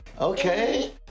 Okay